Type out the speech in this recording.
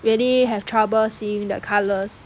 really have trouble seeing the colours